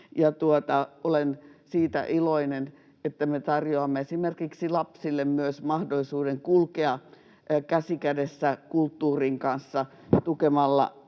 Olen iloinen siitä, että me tarjoamme esimerkiksi lapsille myös mahdollisuuden kulkea käsi kädessä kulttuurin kanssa tukemalla